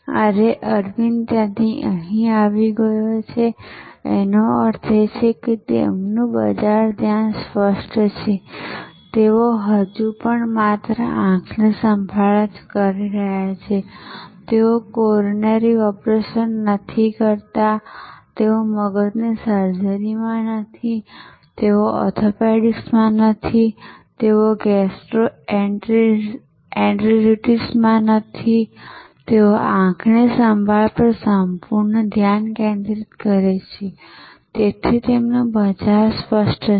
આજે અરવિંદ ત્યાંથી અહીં આવી ગયો છે તેનો અર્થ એ કે તેમનું બજાર ધ્યાન સ્પષ્ટ છે કે તેઓ હજુ પણ માત્ર આંખની સંભાળ જ કરી રહ્યા છે તેઓ કોરોનરી ઓપરેશનમાં નથી તેઓ મગજની સર્જરીમાં નથી તેઓ ઓર્થોપેડિક્સમાં નથી તેઓ ગેસ્ટ્રોએન્ટેરિટિસમાં નથી તેઓ આંખની સંભાળ પર સંપૂર્ણ ધ્યાન કેન્દ્રિત કરે છે તેથી તેમનું બજાર સ્પષ્ટ છે